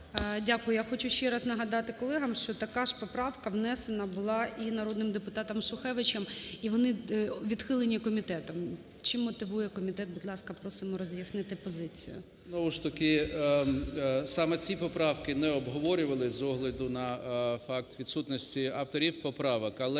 Дякую. Я хочу ще раз нагадати колегам, що така ж поправка внесена була і народним депутатом Шухевичем. І вони відхилені комітетом. Чим мотивує комітет, будь ласка, просимо роз'яснити позицію. 13:45:47 НЕМИРЯ Г.М. Знову ж таки саме ці поправки ми обговорювали з огляду на факт відсутності авторів поправок, але